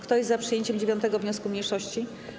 Kto jest za przyjęciem 9. wniosku mniejszości?